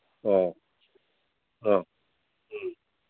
ꯑꯣ ꯑꯧ ꯎꯝ